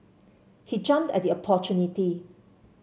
he jumped at the opportunity